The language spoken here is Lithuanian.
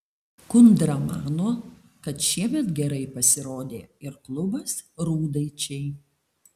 kundra mano kad šiemet gerai pasirodė ir klubas rūdaičiai